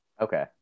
Okay